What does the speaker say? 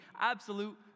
absolute